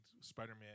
Spider-Man